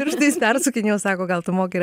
pirštais persukinėjo sako gal tu moki ir